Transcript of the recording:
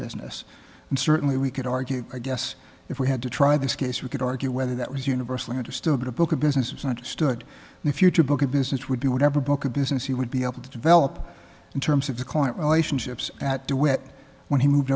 business and certainly we could argue i guess if we had to try this case we could argue whether that was universally understood that a book of business is understood in a future book a business would be whatever book of business he would be able to develop in terms of the client relationships at the wet when he moved